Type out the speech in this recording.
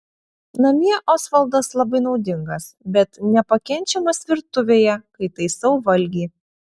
namie osvaldas labai naudingas bet nepakenčiamas virtuvėje kai taisau valgį